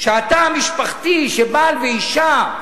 שהתא המשפחתי, שבעל ואשה,